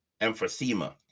emphysema